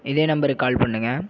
இதே நம்பருக்கு கால் பண்ணுங்கள்